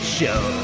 show